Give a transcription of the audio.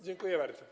Dziękuję bardzo.